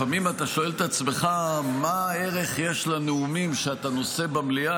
לפעמים אתה שואל את עצמך מה ערך יש לנאומים שאתה נושא במליאה,